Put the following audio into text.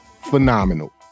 phenomenal